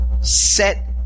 set